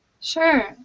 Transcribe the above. Sure